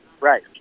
Right